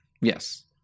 Yes